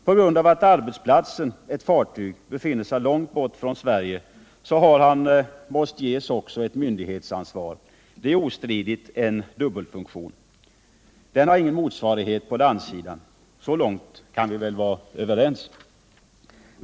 Eftersom arbetsplatsen, ett fartyg, befinner sig långt borta från Sverige har man måst ge honom också ett myndighetsansvar. Det är ostridigt en dubbelfunktion, och den har ingen motsvarighet på landsidan. Så långt kan vi väl vara överens.